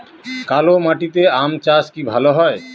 কালো মাটিতে আম চাষ কি ভালো হয়?